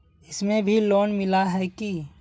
इसमें भी लोन मिला है की